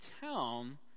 town